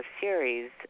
series